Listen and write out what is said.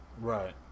Right